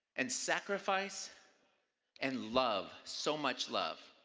and sacrifice and love, so much love.